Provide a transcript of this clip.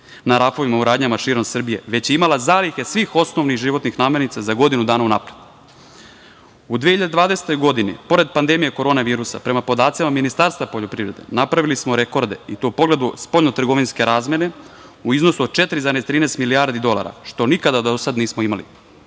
na rafovima u radnjama širom Srbije, već je imala zalihe svih osnovnih životnih namirnica za godinu dana unapred. U 2020. godini pored pandemije korona virusa, prema podacima Ministarstva poljoprivrede, napravili smo rekorde i to u pogledu spoljnotrgovinske razmene u iznosu od 4,13 milijardi dolara, što nikada do sada nismo imali.